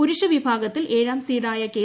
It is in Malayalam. പുരുഷ വിഭാഗത്തിൽ ട്ട്രാം സീഡായ കെ